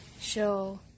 show